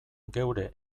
geure